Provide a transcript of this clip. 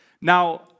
Now